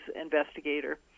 investigator